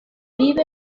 vive